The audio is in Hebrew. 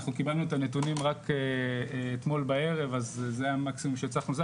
אנחנו קיבלנו את הנתונים רק אתמול בערב אז זה המקסימום שהצלחנו,